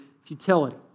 futility